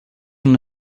una